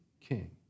king